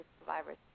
survivors